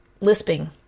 lisping